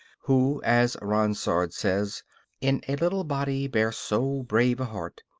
who, as ronsard says in a little body bear so brave a heart,